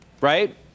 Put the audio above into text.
right